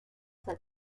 that